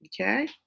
Okay